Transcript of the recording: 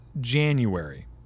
January